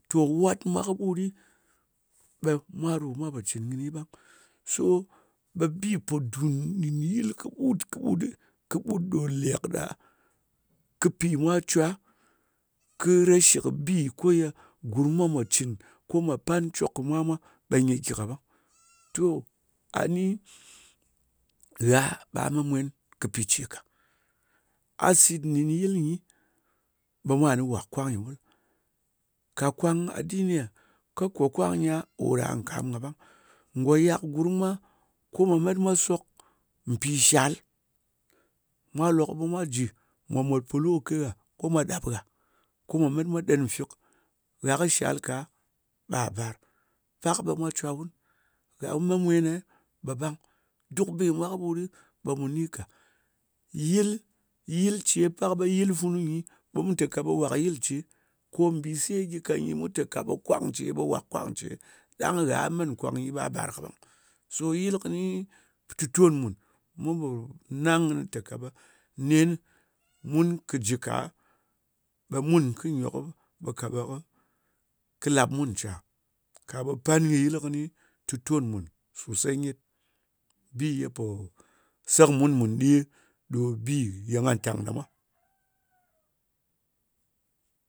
To wat mwa kɨɓut ɗɨ, ɓe mwa ɗo mwa pò cɨn kɨni ɓang. So ɓe bi pò dùn ɗin yɨl kɨɓut, kɨɓut ɗɨ, ɗo lèk ɗa, kɨ pì mwa cwa, ko reshi kɨ bi ye gurm mwa mwā cɨn, ko mwa pan cok kɨ mwa mwa, ɓe nyɨ gyi kaɓang. To, a ni gha ɓa me mwen ka pi ce ka. A sit nɗin yɨl nyi, ɓe mwa nɨ wàk kwang nyɨ ɓul. Ka nkwang adini a? Ko kò kwang nyi a, ɓe ko ɗa nkam ka ɓang. Ngò yak gurm mwa ko mwa met mwa sok mpì shal. Mwa lok ɓe mwa jɨ mwà mòt polu kake gha, ko mwà ɗap ghà, ko mwà met mwa ɗen nfik. Gha kɨ shal ka ɓe gha ba, pak ɓe mwa cwo wun, ka gha me mwen ne, ɓe ɓang. Duk bɨ nyi mwa kɨɓut ɓe mu ni ka. Yɨl, yɨl ce, pak ɓe yɨl funu nyi, mu te ka ɓekwang ce, ɓe wak kwang ce. Ɗang gha ɓa bàr kaɓang. A met nkwàng nyi ɓe bàr kaɓang. So yɨl kɨni kɨ tutòn mùn. Mun pò nang kɨni tè ka ɓe nenɨ, mun kɨ jɨ ka, ɓe mun kɨ nyok kɨ lap mun ncya? Ka ɓe pan kɨ yɨl kɨni tuton mùn sòsey nyet. Bi ye pò se kɨ mun mùn nɗe ɗo bi ye nga tang ɗa mwa.